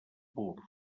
pur